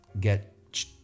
get